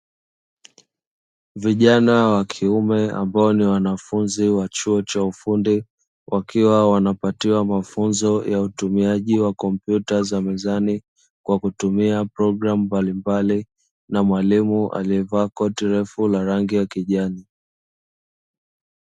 Vijana wa kiume ambao ni wanafunzi wa chuo cha ufundi, wakiwa wanapatiwa mafunzo ya utumiaji wa kompyuta za mezani kwa kutumia programu mbalimbali na mwalimu aliyevaa koti refu la rangi ya kijani.